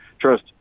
trust